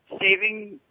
saving